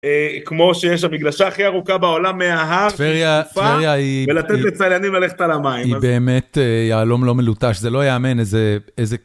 כמו שיש המגלשה הכי ארוכה בעולם מההר ולתת לצליינים ללכת על המים. היא באמת יהלום לא מלוטש, זה לא יאמן איזה...